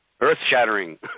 Earth-shattering